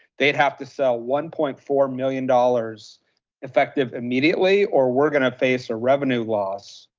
they'd have to sell one point four million dollars effective immediately or we're gonna face a revenue loss